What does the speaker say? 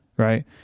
Right